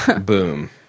Boom